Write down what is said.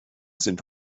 sind